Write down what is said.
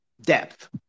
depth